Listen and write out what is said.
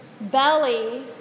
belly